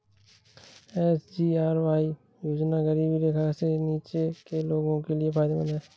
SGRY योजना गरीबी रेखा से नीचे के लोगों के लिए फायदेमंद है